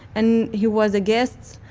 and he was a guest.